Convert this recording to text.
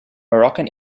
moroccan